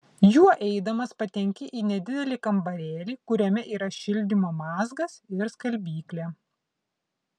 juo eidamas patenki į nedidelį kambarėlį kuriame yra šildymo mazgas ir skalbyklė